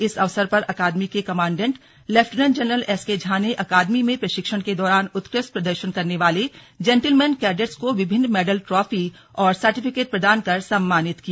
इस अवसर पर अकादमी के commandant lieutenant general SK Jha ने अकादमी में प्रशिक्षण के दौरान उत्कृष्ट प्रदर्शन करने वाले जेंटलमैन कैडेट्स को विभिन्न मेडल ट्रॉफी और सर्टिफिकेट प्रदान कर सम्मानित किया